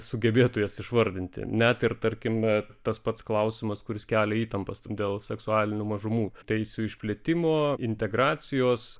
sugebėtų jas išvardinti net ir tarkime tas pats klausimas kuris kelia įtampas dėl seksualinių mažumų teisių išplėtimo integracijos